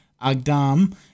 Agdam